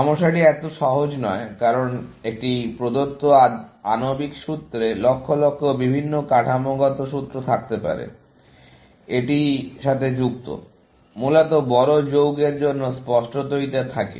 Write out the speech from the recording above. সমস্যাটি এত সহজ নয় কারণ একটি প্রদত্ত আণবিক সূত্রে লক্ষ লক্ষ বিভিন্ন কাঠামোগত সূত্র থাকতে পারে এটির সাথে যুক্ত মূলত বড় যৌগের জন্য স্পষ্টতই থাকে